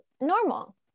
normal